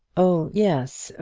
oh, yes.